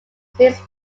since